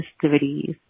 festivities